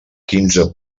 quinze